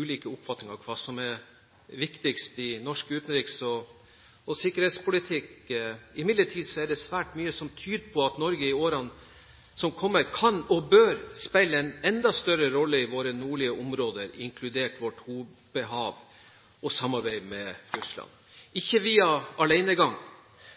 ulike oppfatninger om hva som er viktigst i norsk utenriks- og sikkerhetspolitikk. Imidlertid er det svært mye som tyder på at Norge i årene som kommer, kan og bør spille en enda større rolle i våre nordlige områder, inkludert vårt hopehav og samarbeid med Russland, ikke via alenegang.